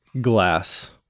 Glass